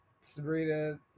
Sabrina